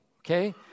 okay